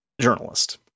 journalist